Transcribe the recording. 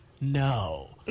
No